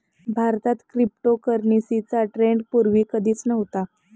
भारतात क्रिप्टोकरन्सीचा ट्रेंड पूर्वी कधीच नव्हता